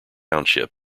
township